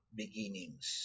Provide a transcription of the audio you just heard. beginnings